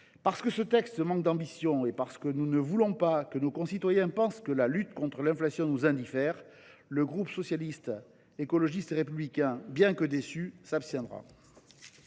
Parce que ce texte manque d’ambition, cependant que nous ne voulons pas que nos concitoyens pensent que la lutte contre l’inflation nous indiffère, le groupe Socialiste, Écologiste et Républicain, bien que déçu, s’abstiendra.